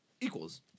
equals